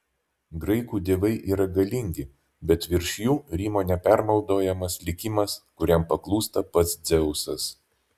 graikų dievai yra galingi bet virš jų rymo nepermaldaujamas likimas kuriam paklūsta pats dzeusas